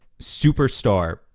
superstar